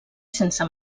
sense